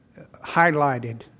Highlighted